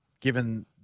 given